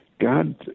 God